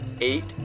eight